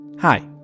Hi